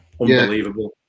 unbelievable